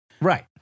Right